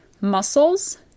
muscles